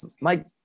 Mike